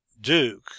duke